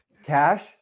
Cash